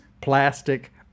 plastic